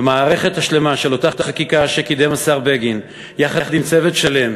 במערכת השלמה של אותה חקיקה שקידם השר בגין יחד עם צוות שלם,